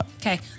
Okay